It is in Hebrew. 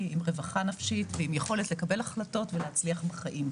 עם רווחה נפשית ועם יכולת לקבל החלטות ולהצליח בחיים,